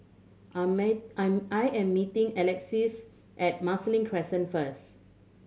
I'm I I am meeting Alexis at Marsiling Crescent first